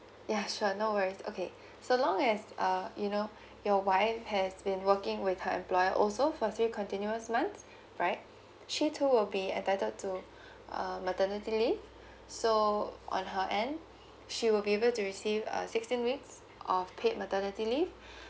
yeah sure no worries okay so long as uh you know your wife has been working with her employer also for three continuous month right she too will be entitled to um maternity leave so on her end she will be able to receive a sixteen weeks of paid maternity leave